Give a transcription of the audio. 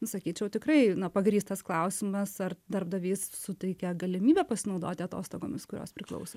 sakyčiau tikrai na pagrįstas klausimas ar darbdavys suteikia galimybę pasinaudoti atostogomis kurios priklauso